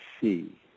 see